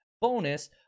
Bonus